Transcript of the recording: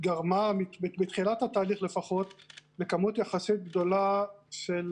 שגרמה בתחילת התהליך לפחות לכמות יחסית גדולה של,